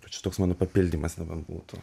tai čia toks mano papildymas nebent būtų